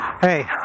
Hey